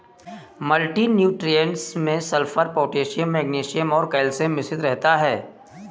multi nutrients में sulphur, potassium magnesium और calcium मिश्रित रहता है